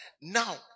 Now